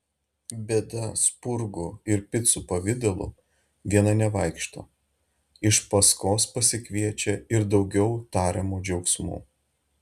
bėda spurgų ir picų pavidalu viena nevaikšto iš paskos pasikviečia ir daugiau tariamų džiaugsmų